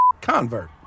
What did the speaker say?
convert